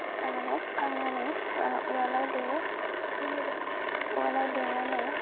आरो सुखांनानै उवालाव देयो उवालाव देनानै